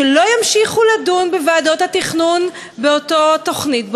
שלא ימשיכו לדון בוועדות התכנון באותה